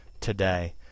today